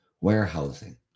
Warehousing